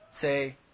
say